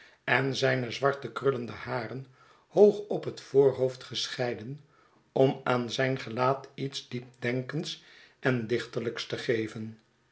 en zijne zwarte krullende haren hoog op het voorhoofd gescheiden om aan zijn gelaat iets diepdenkends en dichterlijks te geven